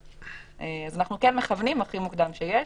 אנחנו כן מכוונים הכי מוקדם שיש.